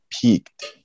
peaked